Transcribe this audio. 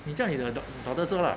你叫你的 doc~ daughter 做 lah